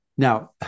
Now